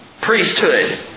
priesthood